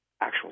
actual